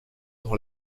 dans